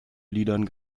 liedern